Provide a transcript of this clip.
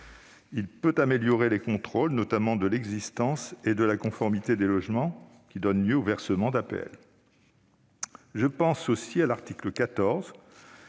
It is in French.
peut améliorer les contrôles, notamment de l'existence et de la conformité des logements donnant lieu aux versements d'APL. Il en va de même de l'article 14,